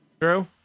true